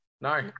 no